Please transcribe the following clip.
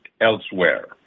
elsewhere